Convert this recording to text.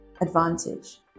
advantage